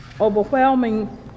overwhelming